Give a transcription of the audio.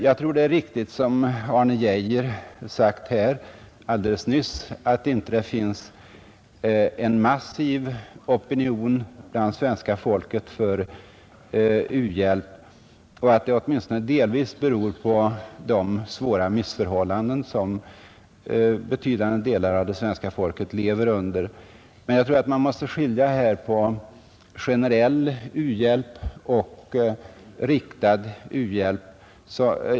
Jag tror det är riktigt som Arne Geijer sagt här alldeles nyss att det inte finns en massiv opinion hos svenska folket för u-hjälp och att det åtminstone delvis beror på de svåra missförhållanden som betydande delar av det svenska folket lever under, men jag tror att man här måste skilja på generell u-hjälp och riktad u-hjälp.